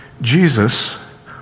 Jesus